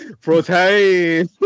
Protein